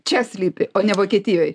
čia slypi o ne vokietijoj